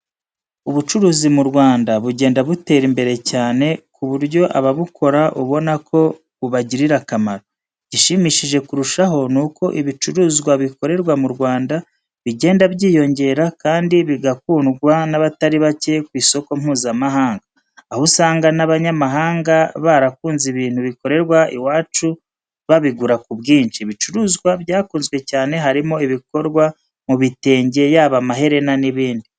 Ubucuruzi mu Rwanda bugenda butera imbere cyane ku buryo ababukora ubonako bubagirira akamaro. Igishimishije kurushaho nuko ibicuruzwa bikorerwa mu Rwanda bigenda byiyongera kandi bigakundwa n'abatari bake ku isoko mpuzamahanga aho usanga n'abanyamahanga barakunze ibintu bikorerwa iwacu babigura ku bwinshi. Ibicuruzwa byakunzwe cyane harimo ibikorwa mu bitenge yaba amaherena n'ibindi.